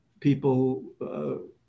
people